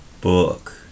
book